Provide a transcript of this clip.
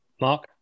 Mark